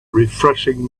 refreshing